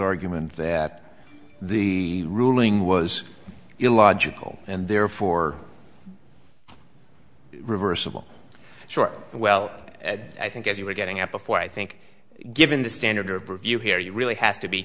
argument that the ruling was illogical and therefore reversible short well i think as you were getting up before i think given the standard of review here you really has to be